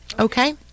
Okay